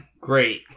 Great